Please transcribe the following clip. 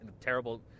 terrible